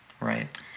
Right